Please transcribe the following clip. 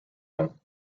them